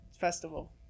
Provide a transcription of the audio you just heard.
festival